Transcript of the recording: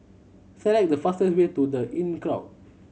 select the fastest way to The Inncrowd